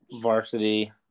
varsity